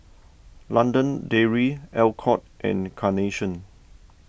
London Dairy Alcott and Carnation